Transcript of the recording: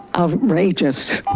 outrageous.